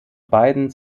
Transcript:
beiden